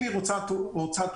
אם היא רוצה תעופה,